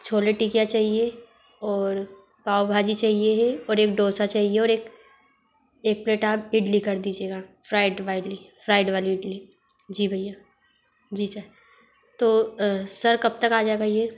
छोले टिकिया चाहिए ओर पावभाजी चाहिए एक डोसा चाहिए ओर एक एक प्लेट आप इडली कर दीजिएगा फ्राइट वाली फ्राइड वाली इटली जी भईया जी जा तो सर कब तक आ जाएगा ये